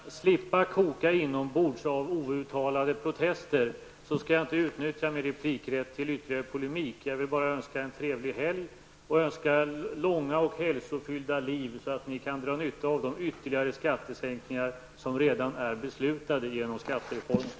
Herr talman! För att mina ärade meddebattörer skall slippa att koka inombords av outtalade protester skall jag inte utnyttja min replikrätt till ytterligare polemik. Jag vill bara önska en trevlig helg. Jag vill önska er långa och hälsofyllda liv så att ni kan dra nytta av de ytterligare skattesänkningar som redan är beslutade genom skattereformen.